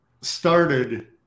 started